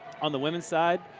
on the women's side,